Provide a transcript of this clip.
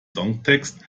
songtext